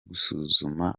gusuzuma